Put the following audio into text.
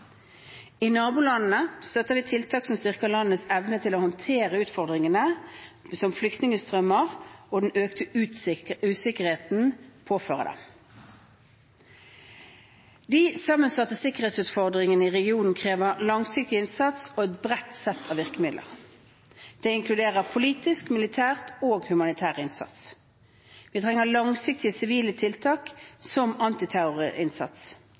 I nabolandene støtter vi tiltak som styrker landenes evne til å håndtere utfordringene som flyktningstrømmer og den økte usikkerheten påfører dem. De sammensatte sikkerhetsutfordringene i regionen krever langsiktig innsats og et bredt sett av virkemidler. Det inkluderer politisk, militær og humanitær innsats. Vi trenger langsiktige sivile tiltak som antiterrorinnsats